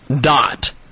Dot